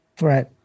Right